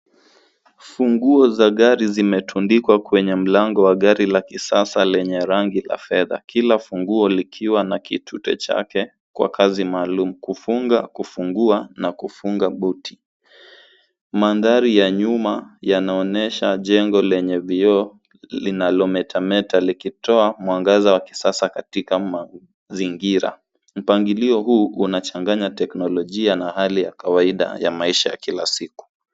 Funguo za gari zimetundikwa kwenye mlango wa gari la kisasa lenye rangi la fedha. Kila funguo likiwa na kitute chake, kwa kazi maalum. Kufunga, kufungua na kufunga buti. Mandhari ya nyuma, yanaonyesha jengo lenye vioo, linalometameta, likitoa mwangaza wa kisasa katika mazingira. Mpangilio huu, unachanganya teknolojia na hali ya kawaida ya maisha ya kila siku.